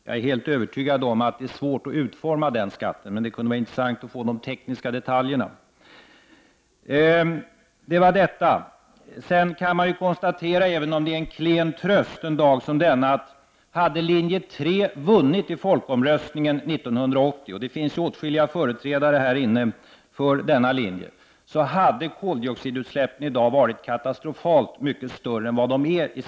Jag är helt övertygad om att det är svårt att utforma en sådan skatt. Det vore alltså intressant att få besked om de tekniska detaljerna. Sedan kan man konstatera, även om det är en klen tröst en dag som denna, att hade linje 3 vunnit i folkomröstningen 1980 -— för övrigt finns det åtskilliga företrädare här för denna linje — skulle koldioxidutsläppen i dag i Sverige ha varit katastrofalt mycket större än de är.